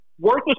worthless